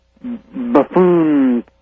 buffoon